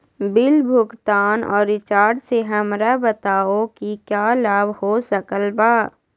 Bill भुगतान और recharge से हमरा बताओ कि क्या लाभ हो सकल बा?